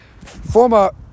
former